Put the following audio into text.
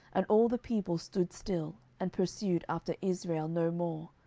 and all the people stood still, and pursued after israel no more,